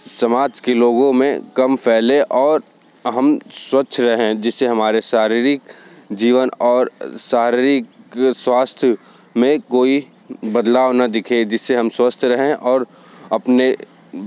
समाज के लोगों में कम फैले और हम स्वच्छ रहें जिससे हमारे शारीरिक जीवन और शारीरिक स्वास्थय में कोई बदलाव न दिखे जिससे हम स्वस्थ रहें और अपने